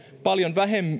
paljon